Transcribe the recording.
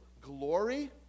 glory